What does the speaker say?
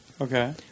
Okay